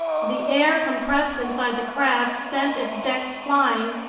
the air compressed inside the craft sent its decks flying,